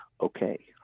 Okay